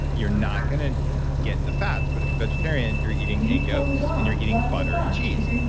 you're not going to get the fats, but if you're vegetarian, you're eating egg yolks, and you're eating butter and cheese.